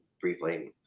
briefly